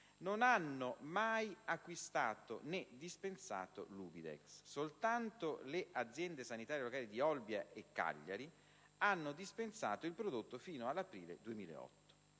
non hanno mai acquistato, né dispensato l'Ubidex. Soltanto le aziende sanitarie locali di Olbia e Cagliari hanno dispensato il prodotto fino all'aprile 2008.